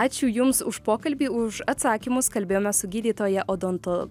ačiū jums už pokalbį už atsakymus kalbėjome su gydytoja odonto